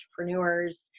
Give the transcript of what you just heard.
entrepreneurs